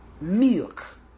milk